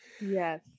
Yes